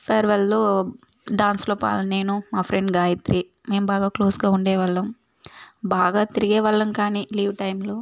ఫేర్వెల్లో డ్యాన్స్లో పా నేను మా ఫ్రెండ్ గాయిత్రి మేం బాగా క్లోజ్గా ఉండే వాళ్ళం బాగా తిరిగే వాళ్ళం కానీ లీవ్ టైంలో